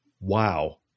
wow